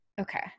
okay